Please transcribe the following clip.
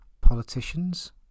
politicians